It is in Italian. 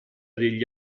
degli